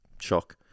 shock